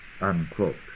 Unquote